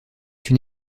une